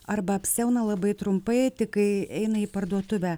arba apsiauna labai trumpai tik kai eina į parduotuvę